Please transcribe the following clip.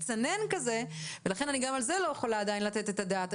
מצנן כזה ולכן אני גם על זה לא יכולה עדיין לתת את הדעת.